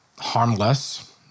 harmless